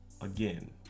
again